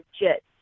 legit